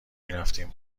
میرفتیم